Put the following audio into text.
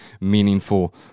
meaningful